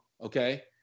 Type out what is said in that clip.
okay